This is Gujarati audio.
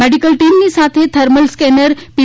મેડીકલ ટીમની સાથે થર્મલ સ્કેનર પી